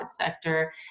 sector